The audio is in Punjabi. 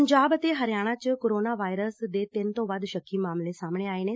ਪੰਜਾਬ ਅਤੇ ਹਰਿਆਣਾ ਚ ਕੋਰੋਨਾ ਵਾਇਰਸ ਦੇ ਤਿੰਨ ਸ਼ੱਕੀ ਮਾਮਲੇ ਸਾਹਮਣੇ ਆਏ ਨੇ